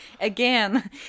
Again